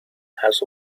has